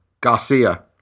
Garcia